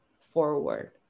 forward